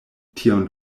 tion